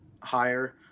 higher